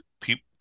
people